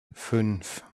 fünf